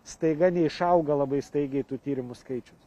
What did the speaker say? staiga neišauga labai staigiai tų tyrimų skaičius